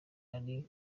ari